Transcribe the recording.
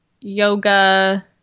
yoga